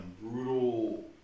brutal